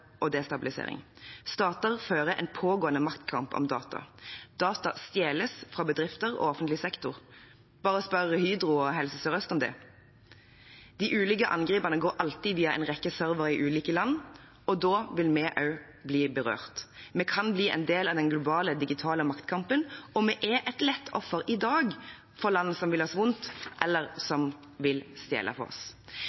og fører til destabilisering. Stater fører en pågående maktkamp om data. Data stjeles fra bedrifter og offentlig sektor – bare spør Hydro og Helse Sør-Øst om det. De ulike angrepene går alltid via en rekke servere i ulike land, og da vil vi også bli berørt. Vi kan bli en del av den globale digitale maktkampen, og vi er i dag et lett offer for land som vil oss vondt, eller